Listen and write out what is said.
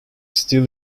still